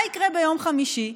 מה יקרה ביום חמישי?